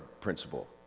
principle